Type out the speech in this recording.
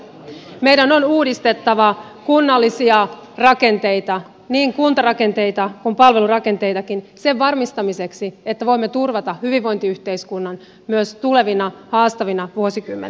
meidän on uudistettava kunnallisia rakenteita niin kuntarakenteita kuin palvelurakenteitakin sen varmistamiseksi että voimme turvata hyvinvointiyhteiskunnan myös tulevina haastavina vuosikymmeninä